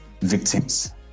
victims